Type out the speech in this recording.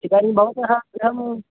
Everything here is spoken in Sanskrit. इदानीं भवतः गृहं